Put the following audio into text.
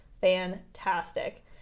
fantastic